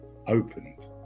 opened